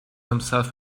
himself